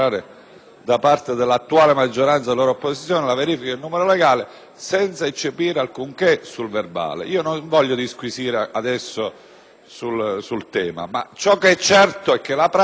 da parte dell'attuale maggioranza, allora opposizione, la verifica del numero legale senza eccepire alcunché sul verbale. Non voglio disquisire adesso sul tema, ma ciò che è certo è che la prassi